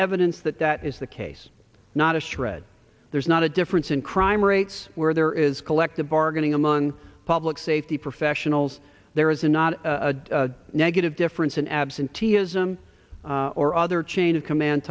evidence that that is the case not a shred there's not a difference in crime rates where there is collective bargaining among public safety professionals there is a not a negative difference in absenteeism or other chain of command